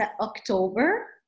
October